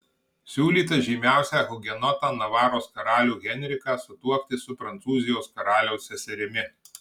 siūlyta žymiausią hugenotą navaros karalių henriką sutuokti su prancūzijos karaliaus seserimi